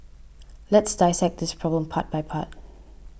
let's dissect this problem part by part